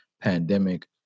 pandemic